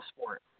sport